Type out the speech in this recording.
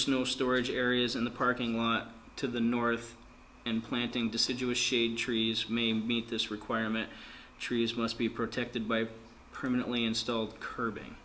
snow storage areas in the parking lot to the north and planting deciduous shade trees me meet this requirement trees must be protected by a permanently installed curbing